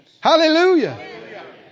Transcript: Hallelujah